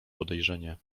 podejrzenie